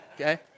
Okay